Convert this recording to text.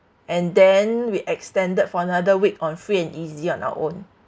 and then we extended for another week on free and easy on our own